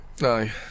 aye